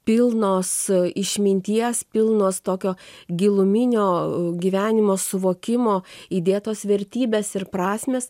pilnos išminties pilnos tokio giluminio gyvenimo suvokimo įdėtos vertybės ir prasmės